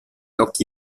occhi